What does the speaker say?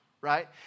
right